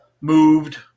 moved